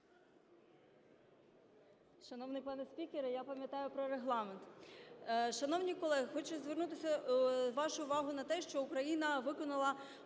Шановний пане спікере, я пам'ятаю про регламент. Шановні колеги, хочу звернути вашу увагу на те, що Україна виконала